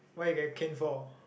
what you get canned for